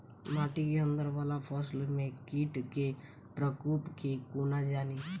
माटि केँ अंदर वला फसल मे कीट केँ प्रकोप केँ कोना जानि?